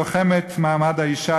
לוחמת מעמד האישה,